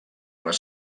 les